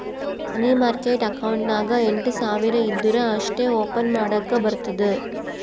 ಮನಿ market account ನಾಗ್ ಎಂಟ್ ಸಾವಿರ್ ಇದ್ದೂರ ಅಷ್ಟೇ ಓಪನ್ ಮಾಡಕ್ ಬರ್ತುದ